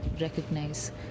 recognize